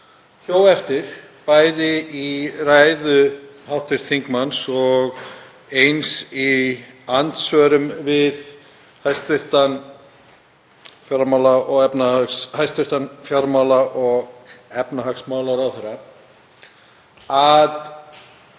hjó eftir, bæði í ræðu hv. þingmanns og eins í andsvörum við hæstv. fjármála- og efnahagsmálaráðherra, það